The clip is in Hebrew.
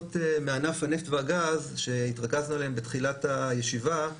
ההכנסות מענף הנפט והגז שהתרכזנו עליהם בתחילת הישיבה,